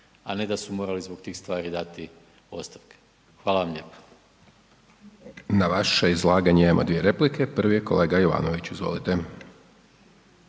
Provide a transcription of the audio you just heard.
a ne da su morali zbog tih stvari dati ostavku. Hvala vam lijepo. **Hajdaš Dončić, Siniša (SDP)** Na vaše izlaganje imamo dvije replike. Prvi je kolega Jovanović. Izvolite.